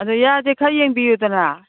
ꯑꯗꯨ ꯌꯥꯔꯗꯤ ꯈꯔ ꯌꯦꯡꯕꯤꯎꯗꯅ